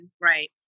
right